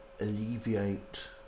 alleviate